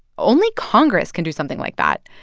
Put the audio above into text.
only congress can do something like that.